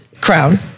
Crown